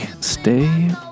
Stay